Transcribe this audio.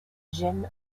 jim